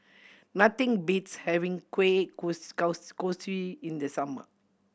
nothing beats having Kueh Kosui in the summer